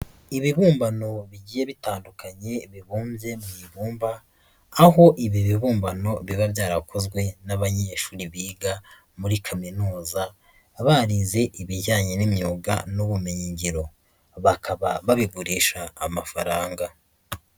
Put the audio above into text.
Ibibumbano bigiye bitandukanye bibumbye mu ibumba, aho ibi bibumbano biba byarakozwe n'abanyeshuri biga muri kaminuza barize ibijyanye n'imyuga n'ubumenyingiro, bakaba babigurisha amafaranga.